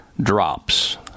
Drops